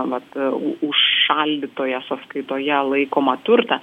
vat užšaldytoje sąskaitoje laikomą turtą